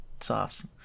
softs